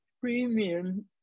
premium